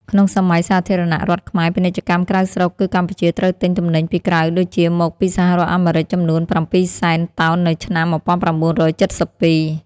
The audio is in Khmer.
ក្នុងសម័យសាធារណរដ្ឋខ្មែរ ពាណិជ្ជកម្មក្រៅស្រុកគឺកម្ពុជាត្រូវទិញទំនិញពីក្រៅដូចជាមកពីសហរដ្ឋអាមេរិកចំនួន ៧ សែន តោននៅឆ្នាំ ១៩៧២។